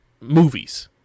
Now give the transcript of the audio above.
movies